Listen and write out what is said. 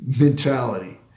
mentality